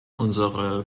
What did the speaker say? unsere